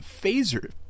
phaser